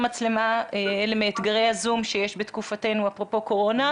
אלה מאתגרי הזום שיש בתקופתנו אפרופו קורונה.